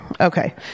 Okay